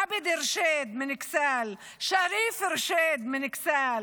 עבד ארשיד מאכסאל, שריף ארשיד מאכסאל,